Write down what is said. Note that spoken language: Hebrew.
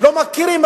לא מכירים,